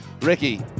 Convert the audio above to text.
Ricky